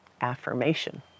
affirmation